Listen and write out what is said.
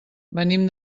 venim